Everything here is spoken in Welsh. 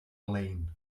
lein